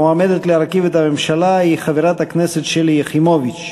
המועמדת להרכיב את הממשלה היא חברת הכנסת שלי יחימוביץ.